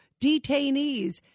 detainees